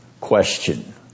question